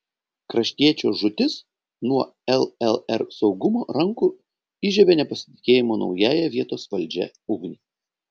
kraštiečio žūtis nuo llr saugumo rankų įžiebė nepasitikėjimo naująją vietos valdžia ugnį